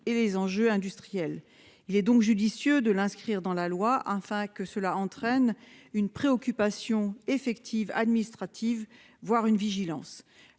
et les enjeux industriels. Il est donc judicieux de l'inscrire dans la loi, afin d'entraîner une préoccupation effective, voire une vigilance